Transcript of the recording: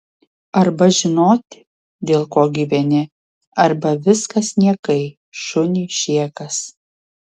arba žinoti dėl ko gyveni arba viskas niekai šuniui šėkas